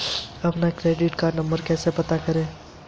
अपना credit card number कैसे पता करें?